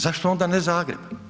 Zašto onda ne Zagreb?